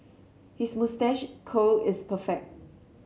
his moustache curl is perfect